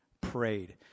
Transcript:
prayed